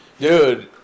Dude